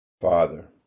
Father